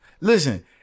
Listen